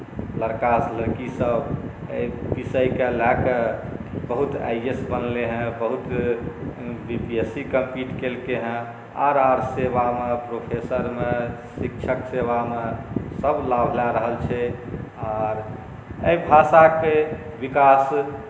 लड़कासँ लड़कीसभ एहि विषयकेँ लए कऽ बहुत आइ ए एस बनलै हेँ बहुत B P S C compete केलकै हेँ आर आर सेवामे प्रोफेसरमे शिक्षक सेवामे सभ लाभ लए रहल छै आर एहि भाषाके विकास